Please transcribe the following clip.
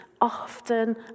often